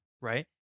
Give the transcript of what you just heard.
Right